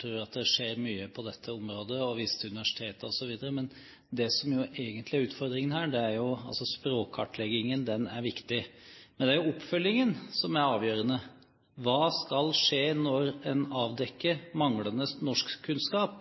tror at det skjer mye på dette området, og viser til universitetene osv. Men det som jo egentlig er utfordringen her – språkkartleggingen er viktig – er jo oppfølgingen. Det er den som er avgjørende. Hva skal skje når en avdekker manglende norskkunnskap?